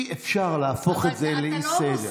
אי-אפשר להפוך את זה לאי-סדר.